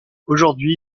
aujourd’hui